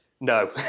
no